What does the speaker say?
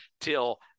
till